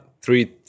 three